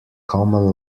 common